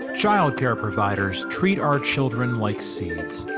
ah child care providers treat our children like seeds.